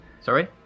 Sorry